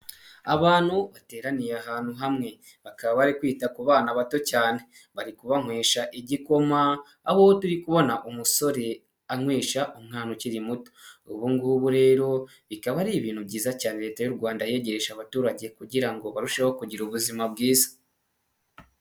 Abantu bateraniye ahantu hamwe bakaba bari kwita ku bana bato cyane. Bari kubabanywesha igikoma aho turi kubona umusore anywesha umwana ukiri muto, ubu ngubu rero bikaba ari ibintu byiza cyane leta y'u Rwanda yegereje abaturage kugira ngo barusheho kugira ubuzima bwiza.